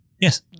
Yes